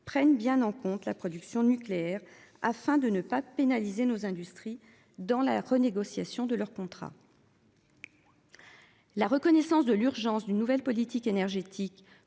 prenne bien en compte la production nucléaire afin de ne pas pénaliser nos industries dans la renégociation de leur contrat. La reconnaissance de l'urgence d'une nouvelle politique énergétique